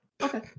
Okay